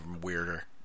weirder